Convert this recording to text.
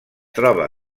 troba